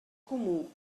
comú